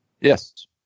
Yes